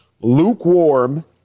lukewarm